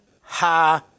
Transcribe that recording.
high